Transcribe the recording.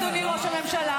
אדוני ראש הממשלה,